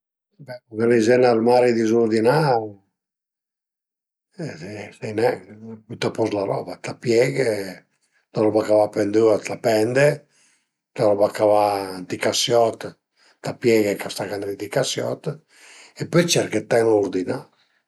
Be urganizé ün armari dizurdinà sai nen, büte a post la roba, t'la pieghe, la roba ch'a va pendüa, t'la pende, la roba ch'a va ënt i casiot, t'la pieghe ch'a staga ëndrinta ai casiot e pöi cerche dë tenilu urdinà